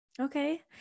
Okay